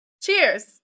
Cheers